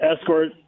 escort